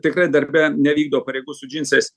tikrai darbe nevykdau pareigų su džinsais